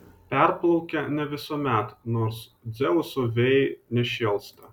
perplaukia ne visuomet nors dzeuso vėjai nešėlsta